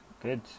good